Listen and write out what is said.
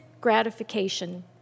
gratification